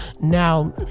now